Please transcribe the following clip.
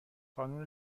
قانون